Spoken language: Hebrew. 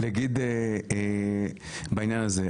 אני רק רוצה להגיד בעניין הזה,